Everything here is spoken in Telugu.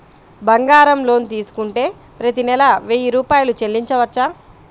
బంగారం లోన్ తీసుకుంటే ప్రతి నెల వెయ్యి రూపాయలు చెల్లించవచ్చా?